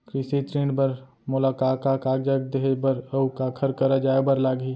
कृषि ऋण बर मोला का का कागजात देहे बर, अऊ काखर करा जाए बर लागही?